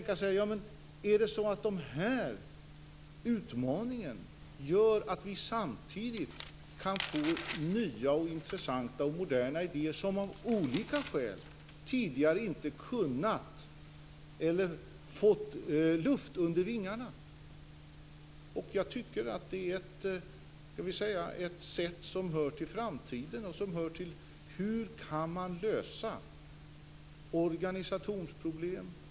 Man kan tänka sig: Gör den här utmaningen att vi samtidigt kan få nya intressanta och moderna idéer som av olika skäl tidigare inte fått luft under vingarna? Jag tycker att det är ett sätt som hör till framtiden och frågor som: Hur kan man lösa organisationsproblem?